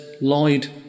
Lloyd